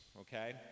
Okay